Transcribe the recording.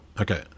Okay